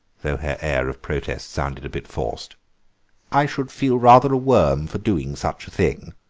though her air of protest sounded a bit forced i should feel rather a worm for doing such a thing.